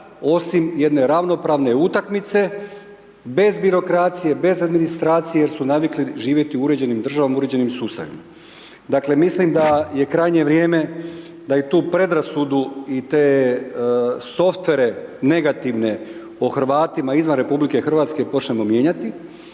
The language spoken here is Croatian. osim jedne ravnopravne utakmice bez birokracije, bez administracije jer su navikli živjeti u uređenim državama, u uređenim sustavima. Dakle mislim da je krajnje vrijeme da i tu predrasudu i te software negativne o Hrvatima izvan RH počnemo mijenjati